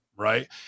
Right